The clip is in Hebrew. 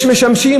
יש משמשים,